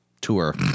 tour